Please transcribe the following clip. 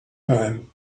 time